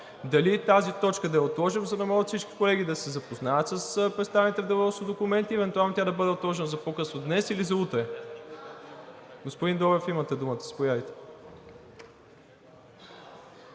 дали тази точка да я отложим, за да могат всички колеги да се запознаят с представените в Деловодството документи, евентуално тя да бъде отложена за по-късно днес или за утре? Господин Добрев, имате думата – заповядайте.